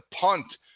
punt